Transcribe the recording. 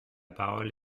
parole